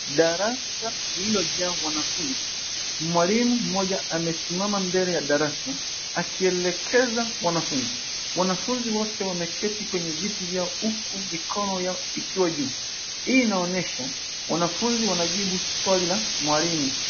Darasa lililojaa wanafunzi. Mwalimu mmoja amesimama mbele ya darasa akielekeza wanafunzi. Wanafunzi wote wameketi kwenye viti vyao huku mikono yao ikiwa juu. Hii inaonyesha wanafunzi wanajibu swali la mwalimu.